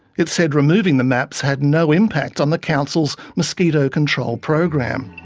it said removing the maps had no impact on the council's mosquito control program.